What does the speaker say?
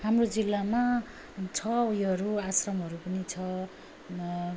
हाम्रो जिल्लामा छ उयोहरू आश्रमहरू पनि छ